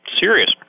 serious